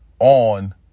on